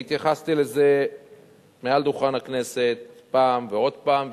אני התייחסתי לזה מעל דוכן הכנסת פעם ועוד פעם,